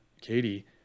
Katie